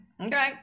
Okay